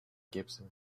gibson